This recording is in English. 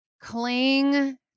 cling